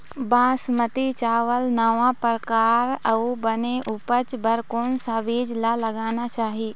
बासमती चावल नावा परकार अऊ बने उपज बर कोन सा बीज ला लगाना चाही?